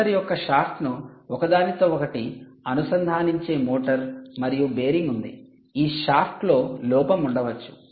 motor యొక్క షాఫ్ట్ను ఒకదానితో ఒకటి అనుసంధానించే మోటారు మరియు బేరింగ్ ఉంది ఈ షాఫ్ట్లో లోపం ఉండవచ్చు